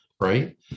right